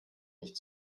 nicht